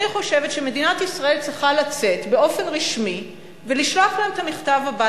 אני חושבת שמדינת ישראל צריכה לצאת באופן רשמי ולשלוח להן את המכתב הבא,